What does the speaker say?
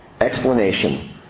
Explanation